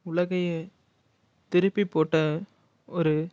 உலகையே திருப்பி போட்ட ஒரு